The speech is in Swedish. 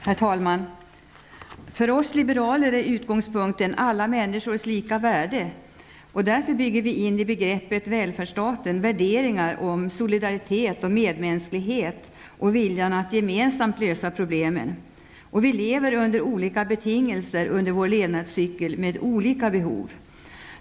Herr talman! För oss liberaler är utgångspunkten alla människors lika värde. Därför bygger vi in i begreppet välfärdsstaten värderingar om solidaritet, medmänsklighet och viljan att gemensamt lösa problem. Vi lever under vår levnadscykel under olika betingelser med olika behov.